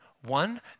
One